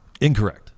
Incorrect